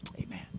Amen